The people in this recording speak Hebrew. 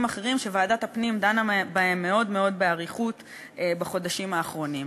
אחרים שוועדת הפנים דנה בהם מאוד מאוד באריכות בחודשים האחרונים.